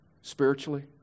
spiritually